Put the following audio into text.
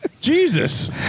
Jesus